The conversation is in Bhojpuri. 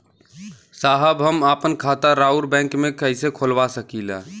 साहब हम आपन खाता राउर बैंक में कैसे खोलवा सकीला?